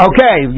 Okay